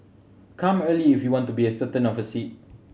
come early if you want to be a certain of a seat